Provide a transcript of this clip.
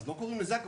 אז לא קוראים לזק"א,